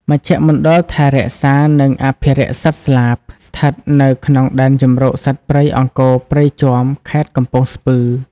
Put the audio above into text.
មជ្ឈមណ្ឌលថែរក្សា និងអភិរក្សសត្វស្លាប ស្ថិតនៅក្នុងដែនជម្រកសត្វព្រៃអង្គរព្រៃជាំ ខេត្តកំពង់ស្ពឺ។